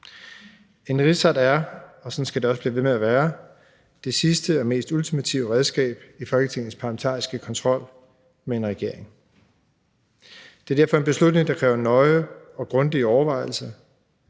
En rigsret er, og sådan skal det også blive ved med at være, det sidste og mest ultimative redskab i Folketingets parlamentariske kontrol med en regering. Det er derfor en beslutning, der kræver nøje og grundige overvejelser,